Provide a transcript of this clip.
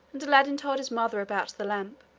and aladdin told his mother about the lamp.